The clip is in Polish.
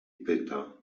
pyta